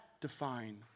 define